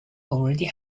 already